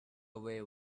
away